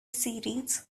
series